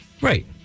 Right